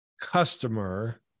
customer